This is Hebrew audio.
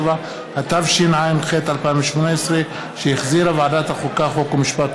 57), התשע"ח 2018, שהחזירה ועדת החוקה, חוק ומשפט.